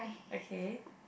okay